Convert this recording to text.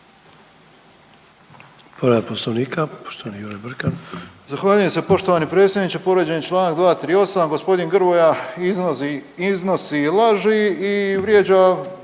Povreda poslovnika poštovani Jure Brkan.